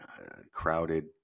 crowded